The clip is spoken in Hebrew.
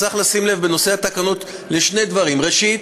צריך לשים לב, בנושא התקנות, לשני דברים, ראשית,